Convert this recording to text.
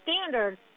standard